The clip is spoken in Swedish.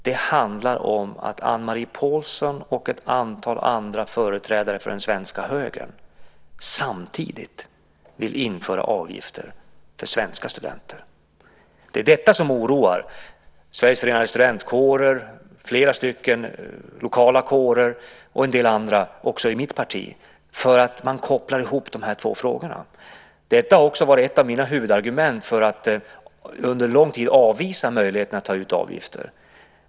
Det handlar om att Anne-Marie Pålsson och ett antal andra företrädare för den svenska högern samtidigt vill införa avgifter för svenska studenter. Det är detta som oroar Sveriges Förenade Studentkårer, flera lokala kårer och en del andra också i mitt parti för att man kopplar ihop dessa två frågor. Detta har också varit ett av mina huvudargument för att under lång tid avvisa möjligheten att ta ut avgifter.